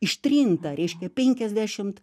ištrinta reiškia penkiasdešimt